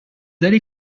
allez